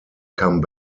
come